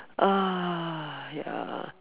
ah ya